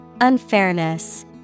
Unfairness